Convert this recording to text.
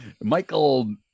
Michael